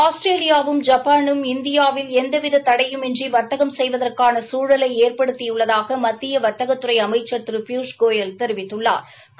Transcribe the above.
Australia வும் ஜப்பானும் இந்தியாவில் எந்தவித தளடயுமின்றி வர்த்கம் செய்வதற்கான சூழலை ஏற்படுத்தியுள்ளதாக மத்திய வாத்தகத்துறை அமைச்சா் திரு பியூஷ் கோயல் தெரிவித்துள்ளாா்